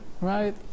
right